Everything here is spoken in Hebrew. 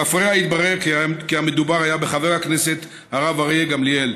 למפרע התברר כי מדובר היה בחבר הכנסת הרב אריה גמליאל.